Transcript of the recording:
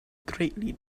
greatly